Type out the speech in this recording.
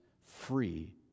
free